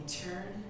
turn